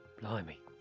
blimey